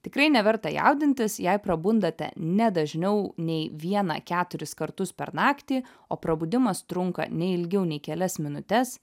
tikrai neverta jaudintis jei prabundate ne dažniau nei vieną keturis kartus per naktį o prabudimas trunka ne ilgiau nei kelias minutes